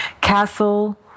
castle